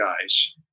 guys